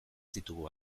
ditugu